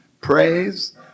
praise